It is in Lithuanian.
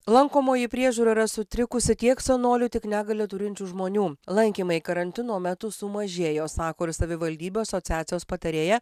lankomoji priežiūra yra sutrikusi tiek senolių tiek negalią turinčių žmonių lankymai karantino metu sumažėjo sako ir savivaldybių asociacijos patarėja